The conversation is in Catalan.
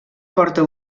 porta